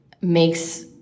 makes